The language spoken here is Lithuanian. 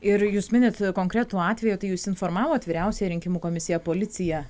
ir jūs minit konkretų atvejį tai jūs informavot vyriausiąją rinkimų komisiją policiją